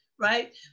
Right